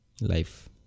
Life